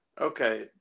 Okay